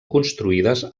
construïdes